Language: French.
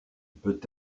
peut